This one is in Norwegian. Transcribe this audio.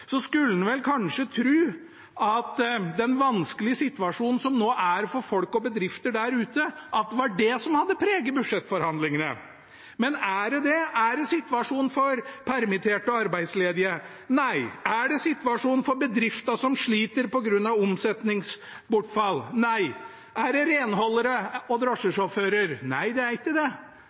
for folk og bedrifter der ute, som hadde preget budsjettforhandlingene. Men er det det? Er det situasjonen for permitterte og arbeidsledige? Nei. Er det situasjonen for bedrifter som sliter på grunn av omsetningsbortfall? Nei. Er det situasjonen for renholdere og drosjesjåfører? Nei, det er ikke det.